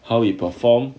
how he perform